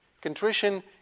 Contrition